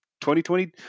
2020